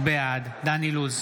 בעד דן אילוז,